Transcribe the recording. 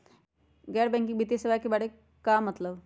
गैर बैंकिंग वित्तीय सेवाए के बारे का मतलब?